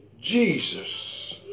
Jesus